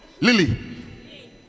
Lily